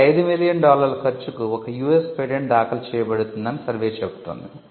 ప్రతి 5 మిలియన్ డాలర్ల ఖర్చుకు ఒక US పేటెంట్ దాఖలు చేయబడుతుందని సర్వే చెబుతుంది